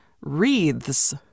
wreaths